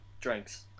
drinks